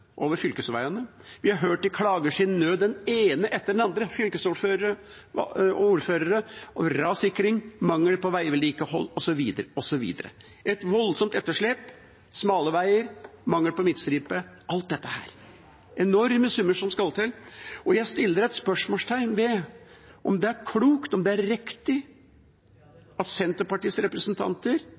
over fylkesveiene. Vi har hørt den ene etter den andre klage sin nød, både fylkesordførere og ordførere, over rassikring, mangel på veivedlikehold, osv. Det er et voldsomt etterslep, smale veier, mangel på midtstripe, alt dette her. Det er enorme summer som skal til. Jeg setter et spørsmålstegn ved om det er klokt og om det er riktig at Senterpartiets representanter